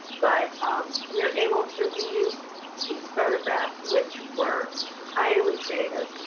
but we are able to reuse these photographs which were highly creative,